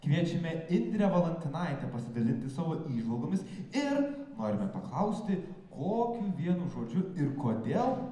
kviečiame indrę valantinaitę pasidalinti savo įžvalgomis ir norime paklausti kokiu vienu žodžiu ir kodėl